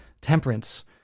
temperance